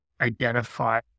identify